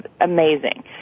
amazing